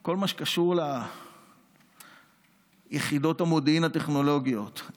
שכל מה שקשור ליחידות המודיעין הטכנולוגיות,